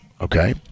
okay